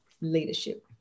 leadership